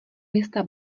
města